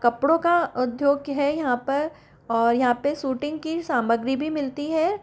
कपड़ों का उद्योग है यहाँ पर और यहाँ पर शूटिंग की सामग्री भी मिलती है